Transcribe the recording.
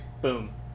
Boom